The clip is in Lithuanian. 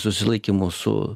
susilaikymo su